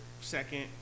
second